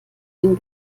den